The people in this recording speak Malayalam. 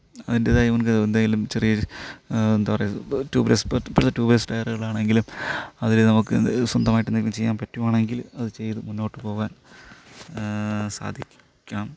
അതിൻ്റെതായ എന്തെങ്കിലും ചെറിയ എന്താ പറയാ ട്യൂബ്ലെസ് ഇപ്പോഴത്തെ ട്യൂബ്ലെസ് ടയറുകളാണെങ്കിലും അതിൽ നമുക്ക് സ്വന്തമായിട്ട് എന്തെങ്കിലും ചെയ്യാൻ പറ്റുവാണെങ്കിൽ അത് ചെയ്തു മുന്നോട്ട് പോവാൻ സാധിക്കും ക്കാം